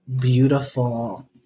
beautiful